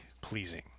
pleasing